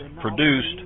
produced